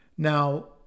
Now